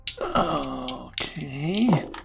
Okay